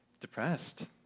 depressed